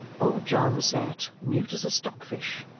old john sat, mute as a stock-fish,